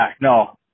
no